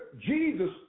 Jesus